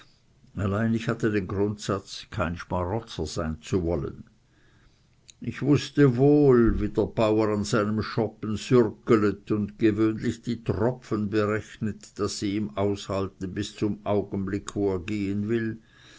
allein ich hatte den grundsatz kein schmarotzer sein zu wollen ich wußte wohl wie der bauer an seinem schoppen sürgelet und gewöhnlich die tropfen berechnet daß sie ihm aushalten bis zum augenblick wo er gehen will